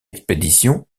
expédition